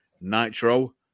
Nitro